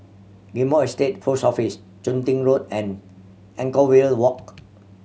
Ghim Moh Estate Post Office Chun Tin Road and Anchorvale Walk